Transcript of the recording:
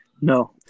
No